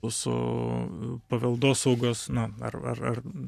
mūsų paveldosaugos na ar ar ar